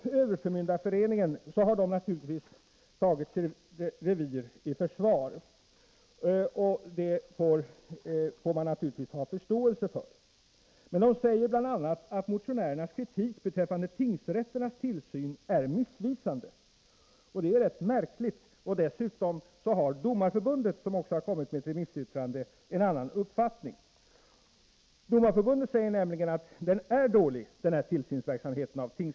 Överförmyndarföreningen har naturligtvis tagit sitt revir i försvar. Det får man ha förståelse för. Man säger bl.a. att motionärernas kritik beträffande tingsrätternas tillsyn är missvisande. Det är rätt märkligt. Dessutom har Domareförbundet, som också kommit med ett remissyttrande, en annan uppfattning. Domareförbundet säger nämligen att tingsrätternas tillsynsverksamhet är dålig.